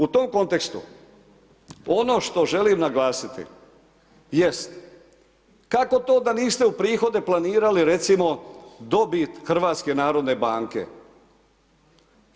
U tom kontekstu ono što želim naglasiti, jest kako to da niste u prihode planirali recimo dobit HNB-a?